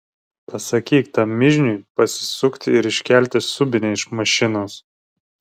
pasakyk tam mižniui pasisukti ir iškelti subinę iš mašinos